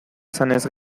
izanez